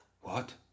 What